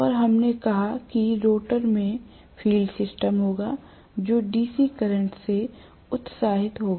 और हमने कहा कि रोटर में फील्ड सिस्टम होगा जो DC करंट से उत्साहित होगा